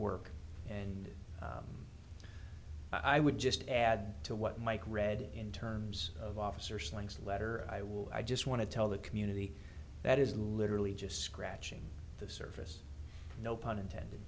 work and i would just add to what mike read in terms of officer slangs letter i will i just want to tell the community that is literally just scratching the surface no pun intended